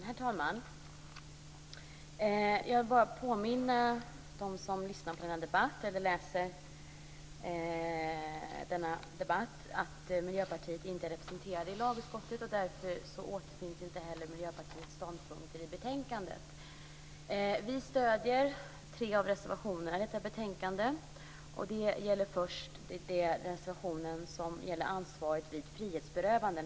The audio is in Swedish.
Herr talman! Jag vill bara påminna dem som lyssnar på eller läser denna debatt om att Miljöpartiet inte är representerat i lagutskottet. Därför återfinns inte heller Miljöpartiets ståndpunkter i betänkandet. Vi stöder tre av reservationerna i betänkandet. Det gäller först den reservation som gäller ansvaret vid frihetsberövanden.